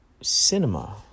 Cinema